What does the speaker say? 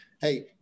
hey